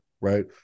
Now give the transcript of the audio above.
Right